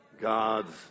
God's